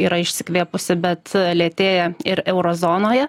yra išsikvėpusi bet lėtėja ir euro zonoje